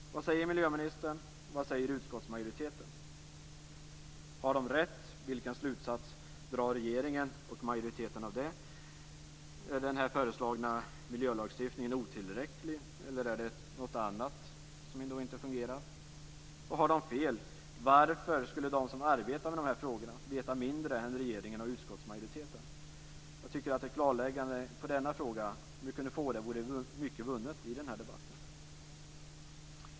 Vad säger miljöministern? Vad säger utskottsmajoriteten? Har de rätt? Vilken slutsats drar regeringen och majoriteten av det? Är den föreslagna miljölagstiftningen otillräcklig eller är det något annat som inte fungerar? Och om de har fel - varför skulle de som arbetar med de här frågorna veta mindre än regeringen och utskottsmajoriteten? Om vi kunde få ett klarläggande i dessa frågor vore mycket vunnet i debatten.